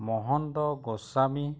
Mahanta Goswami